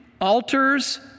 altars